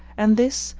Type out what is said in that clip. and this,